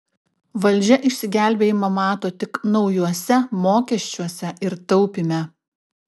valdžia išsigelbėjimą mato tik naujuose mokesčiuose ir taupyme